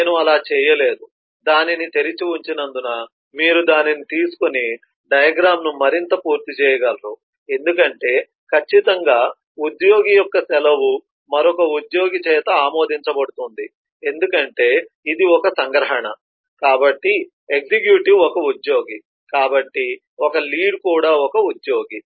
నేను అలా చేయలేదు దానిని తెరిచి ఉంచినందున మీరు దానిని తీసుకొని డయాగ్రమ్ ను మరింత పూర్తి చేయగలరు ఎందుకంటే ఖచ్చితంగా ఉద్యోగి యొక్క సెలవు మరొక ఉద్యోగి చేత ఆమోదించబడుతుంది ఎందుకంటే ఇది ఒక సంగ్రహణ కాబట్టి ఎగ్జిక్యూటివ్ ఒక ఉద్యోగి కాబట్టి ఒక లీడ్ కూడా ఉద్యోగి